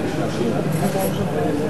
אין ספק שיש מה לומר נגד התקציב,